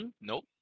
Nope